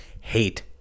hate